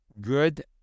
good